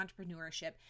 entrepreneurship